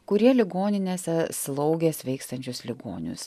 kurie ligoninėse slaugė sveikstančius ligonius